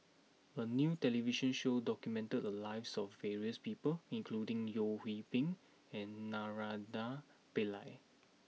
a new television show documented the lives of various people including Yeo Hwee Bin and Naraina Pillai